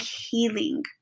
healing